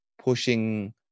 pushing